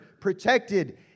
Protected